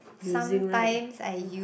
using right [huh]